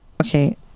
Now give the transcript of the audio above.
Okay